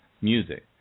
music